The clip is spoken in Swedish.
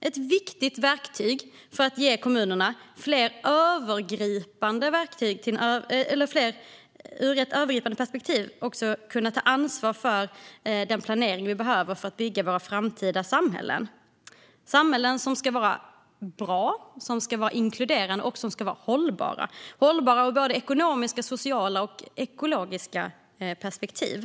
Den är ett viktigt verktyg för att kommunerna ur ett övergripande perspektiv ska kunna ta ansvar för den planering vi behöver för att bygga våra framtida samhällen. Det är samhällen som ska vara bra, inkluderande och hållbara ur såväl ett ekonomiskt som ett socialt och ett ekologiskt perspektiv.